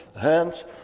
hands